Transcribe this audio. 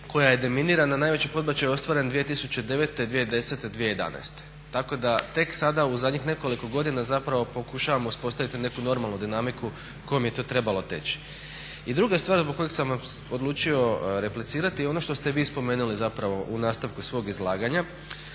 koja je deminirana, najveći podbačaj ostvaren 2009., 2010., 2011.. Tako da tek sada u zadnjih nekoliko godina zapravo pokušavamo uspostaviti neku normalnu dinamiku kojom je to trebalo teći. I druga stvar zbog koje sam vam odlučio replicirati i ono što ste vi spomenuli zapravo u nastavku svog izlaganja